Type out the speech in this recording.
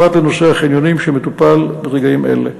פרט לנושא החניונים שמטופל ברגעים אלה.